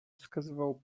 wskazywał